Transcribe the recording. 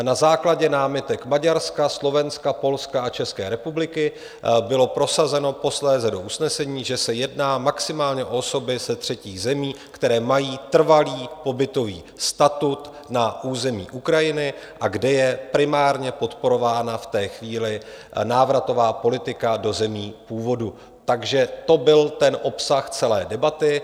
Na základě námitek Maďarska, Slovenska, Polska a České republiky bylo posléze do usnesení prosazeno, že se jedná maximálně o osoby ze třetích zemí, které mají trvalý pobytový statut na území Ukrajiny a kde je primárně podporována v té chvíli návratová politika do zemí původu, takže to byl ten obsah celé debaty.